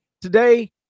Today